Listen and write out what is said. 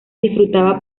disfrutaba